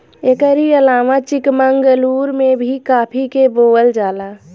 एकरी अलावा चिकमंगलूर में भी काफी के बोअल जाला